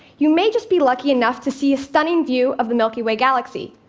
you may just be lucky enough to see a stunning view of the milky way galaxy.